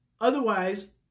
otherwise